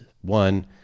one